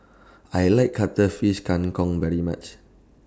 I like Cuttlefish Kang Kong very much